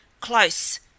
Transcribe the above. close